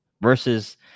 Versus